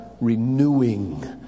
renewing